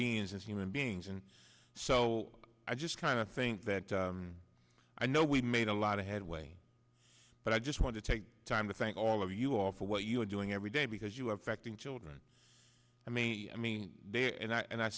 beings and human beings and so i just kind of think that i know we made a lot of headway but i just want to take time to thank all of you all for what you are doing every day because you have acting children i mean i mean they and i and i